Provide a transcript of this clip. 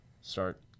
start